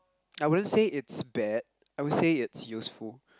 I wouldn't say it's bad I would say it's useful